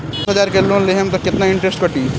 दस हजार के लोन लेहम त कितना इनट्रेस कटी?